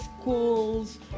schools